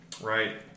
Right